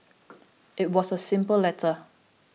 it was a simple letter